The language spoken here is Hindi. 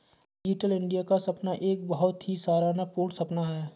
डिजिटल इन्डिया का सपना एक बहुत ही सराहना पूर्ण सपना है